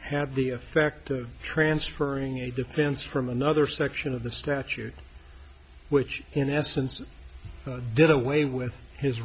had the effect of transferring a defense from another section of the structure which in essence did away with his